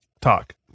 Talk